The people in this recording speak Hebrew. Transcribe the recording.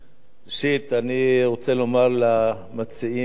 אני רוצה לומר למציעים את הצעת החוק,